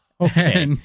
Okay